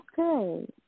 Okay